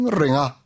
ringa